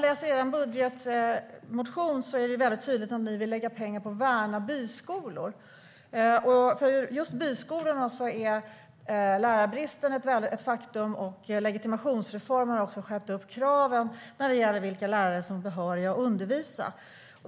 Läser man er budgetmotion är det tydligt att ni vill lägga pengar på att värna byskolor. För just byskolor är lärarbristen ett faktum. Legitimationsreformen har också skärpt kraven på vilka lärare som är behöriga att undervisa.